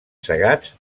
segats